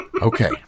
Okay